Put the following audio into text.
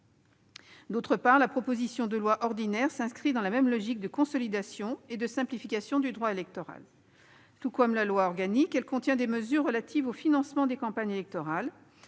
D'autre part, la proposition de loi ordinaire s'inscrit dans la même logique de consolidation et de simplification du droit électoral. Tout comme la proposition de loi organique, elle contient des mesures relatives au financement des campagnes électorales.